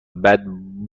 بعد